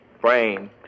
brain